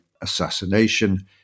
assassination